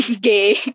gay